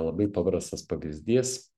labai paprastas pavyzdys